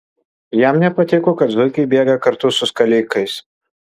jam nepatiko kad zuikiai bėga kartu su skalikais